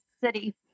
City